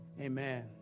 Amen